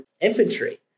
infantry